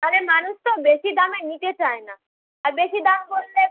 আরে মানুষ তো বেশি দামে নিতে চায় না আর বেশি দাম বললে